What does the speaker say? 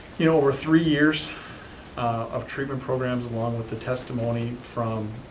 you know over three years of treatment programs, along with the testimony from